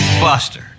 Buster